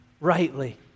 rightly